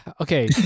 Okay